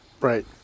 right